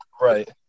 Right